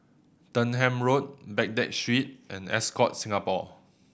Denham Road Baghdad Street and Ascott Singapore